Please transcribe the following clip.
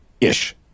Ish